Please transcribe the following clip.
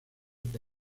que